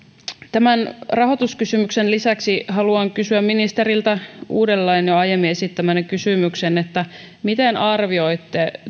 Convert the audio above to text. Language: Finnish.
tämän rahoituskysymyksen lisäksi haluan kysyä ministeriltä uudelleen jo aiemmin esittämäni kysymyksen miten arvioitte